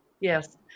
Yes